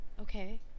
Okay